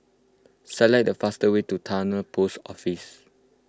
select the fastest way to Towner Post Office